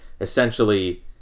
essentially